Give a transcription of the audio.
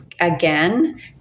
again